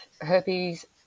herpes